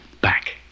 back